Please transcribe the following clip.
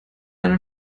eine